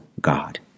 God